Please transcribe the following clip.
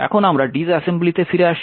এখন আমরা ডিস অ্যাসেম্বলিতে ফিরে আসি